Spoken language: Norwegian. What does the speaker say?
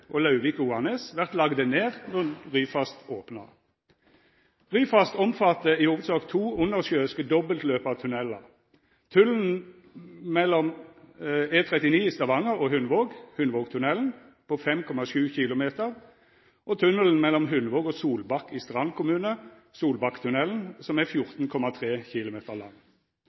Stavanger–Tau og Lauvik–Oanes vert lagde ned når Ryfast opnar. Ryfast omfattar i hovudsak to undersjøiske dobbeltløpa tunnelar: tunnelen mellom E39 i Stavanger og Hundvåg, Hundvågtunellen, på 5,7 km, og tunnelen mellom Hundvåg og Solbakk i Strand kommune, Solbakktunnelen, som er 14,3 km